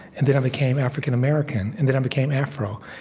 and then i became african-american. and then i became afro.